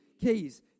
keys